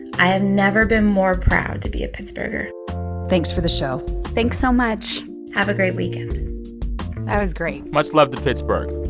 i have never been more proud to be a pittsburgher thanks for the show thanks so much have a great weekend that was great much love to pittsburgh.